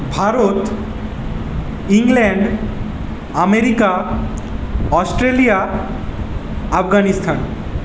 Bharat England America Australia Afghanistan